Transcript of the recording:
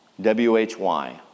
W-H-Y